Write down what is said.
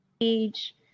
age